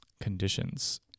conditions